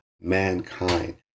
mankind